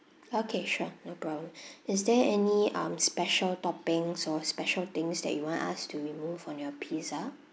okay sure no problem is there any um special toppings or special things that you want us to remove from your pizza